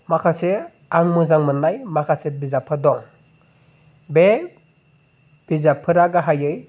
माखासे आं मोजां मोननाय माखासे बिजाबफोर दं बे बिजाबफोरा गाहायै